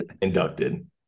inducted